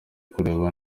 kureba